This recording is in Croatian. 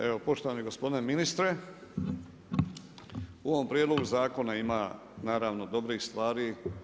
Evo poštovani gospodine ministre, u ovom prijedlogu zakonu ima naravno dobrih stvari.